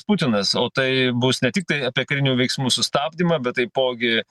putinas o tai bus ne tiktai apie karinių veiksmų sustabdymą bet taipogi